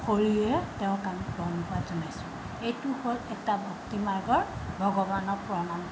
শৰীৰে তেওঁক আমি প্ৰণিপাত জনাইছোঁ এইটো হ'ল এটা ভক্তি মাৰ্গৰ ভগৱানক প্ৰণাম